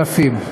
אלפים.